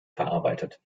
verarbeitet